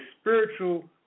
spiritual